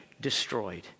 destroyed